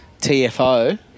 TFO